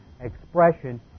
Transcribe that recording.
expression